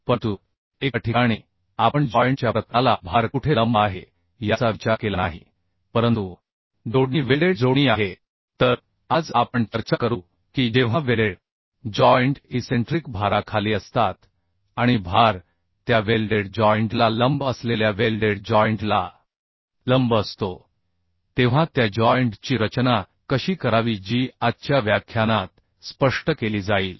परंतु एका ठिकाणी आपण जॉइंट च्या प्रतलाला भार कुठे लंब आहे याचा विचार केला नाही परंतु जोडणी वेल्डेड जोडणी आहे तर आज आपण चर्चा करू की जेव्हा वेल्डेड जॉइंट इसेंट्रिक भाराखाली असतात आणि भार त्या वेल्डेड जॉइंट ला लंब असलेल्या वेल्डेड जॉइंट ला लंब असतो तेव्हा त्या जॉइंट ची रचना कशी करावी जी आजच्या व्याख्यानात स्पष्ट केली जाईल